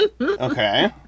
Okay